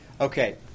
Okay